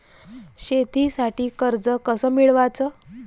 शेतीसाठी कर्ज कस मिळवाच?